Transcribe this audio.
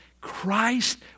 Christ